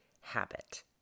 habit